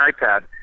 iPad